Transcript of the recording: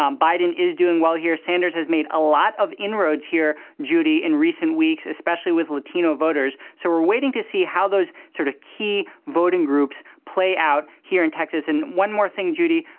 um biden is doing well here. sanders has made a lot of inroads here, judy, in recent weeks, especially with latino voters. so we're waiting to see how those sort of key voting groups play out here in texas. and one more thing, judy.